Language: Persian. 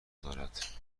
دارد